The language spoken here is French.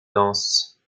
danses